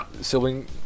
sibling